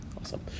Awesome